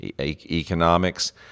economics